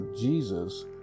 Jesus